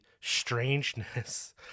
strangeness